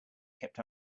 kept